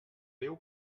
déu